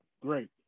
great